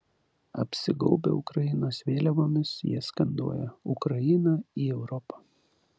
apsigaubę ukrainos vėliavomis jie skanduoja ukrainą į europą